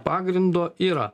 pagrindo yra